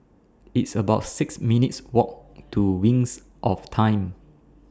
It's about six minutes' Walk to Wings of Time